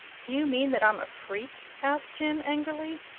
do you mean that i'm a freak? asked jim, angrily.